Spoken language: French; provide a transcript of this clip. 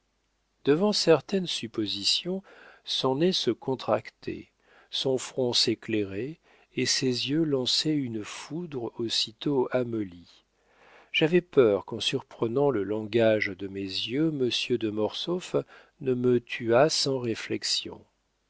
devant certaines suppositions son nez se contractait son front s'éclairait et ses yeux lançaient une foudre aussitôt amollie j'avais peur qu'en surprenant le langage de mes yeux monsieur de mortsauf ne me tuât sans réflexion